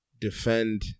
defend